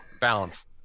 balance